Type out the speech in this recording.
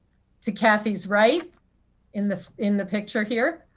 to kathy's right in the in the picture here,